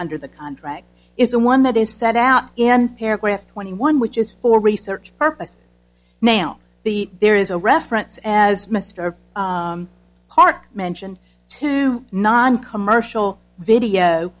under the contract is the one that is set out and paragraph twenty one which is for research purposes now the there is a reference as mister hart mentioned to noncommercial video